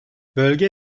bölge